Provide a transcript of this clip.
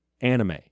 anime